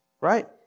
Right